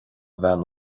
bhean